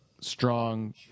strong